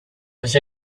was